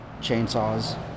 Chainsaws